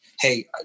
hey